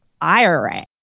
IRA